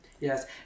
Yes